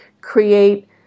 create